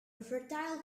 fertile